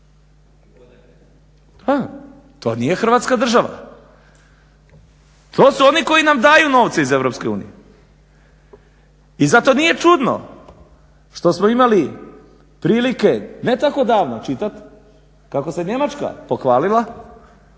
to nije Hrvatska država, to su oni koji nam daju novce iz EU. I zato nije čudno što smo imali prilike ne tako davno čitat kako se Njemačka pohvalila